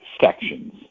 sections